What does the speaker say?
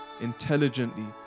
intelligently